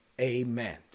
Amen